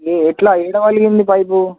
ఎలా ఎన్నాళ్ళగా ఉంది పైపు